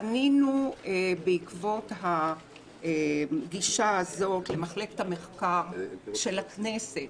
פנינו בעקבות הגישה הזאת למחלקת המחקר של הכנסת